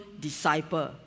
disciple